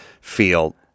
feel